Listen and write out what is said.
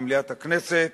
ממליאת הכנסת,